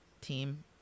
team